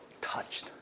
touched